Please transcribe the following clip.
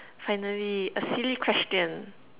finally a silly question